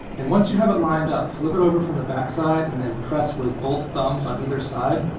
and once you have it lined up, flip it over from the backside, and then press with both thumbs on either side,